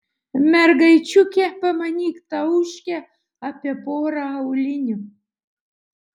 mergaičiukė pamanyk tauškia apie porą aulinių